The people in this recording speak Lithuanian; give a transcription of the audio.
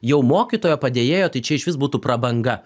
jau mokytojo padėjėjo tai čia išvis būtų prabanga